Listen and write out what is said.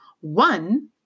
One